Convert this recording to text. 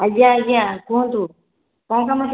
ଆଜ୍ଞା ଆଜ୍ଞା କୁହନ୍ତୁ କଣ କାମଥିଲା